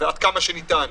ועד כמה שניתן.